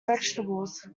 vegetables